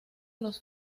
los